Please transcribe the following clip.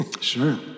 sure